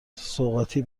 سوغاتی